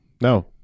no